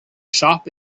shop